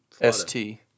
s-t